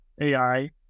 AI